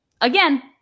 Again